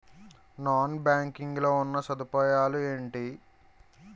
Non banking లో ఉన్నా సదుపాయాలు ఎంటి?